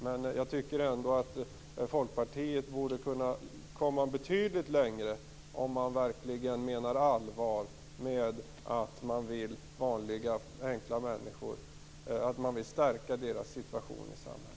Men jag tycker ändå att Folkpartiet borde kunna komma betydligt längre om man verkligen menar allvar med att man vill stärka vanliga enkla människors ställning i samhället.